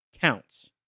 counts